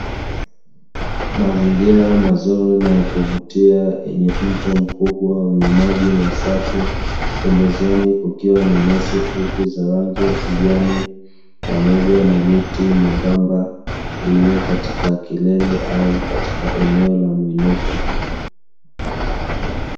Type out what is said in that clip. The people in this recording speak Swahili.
Mazingira mazuri na ya kuvutia yenye mto mkubwa wenye maji masafi pembezoni kukiwa na nyasi fupi za rangi ya kijani pamoja na miti myembamba iliyo katika kilele au katika muinuko.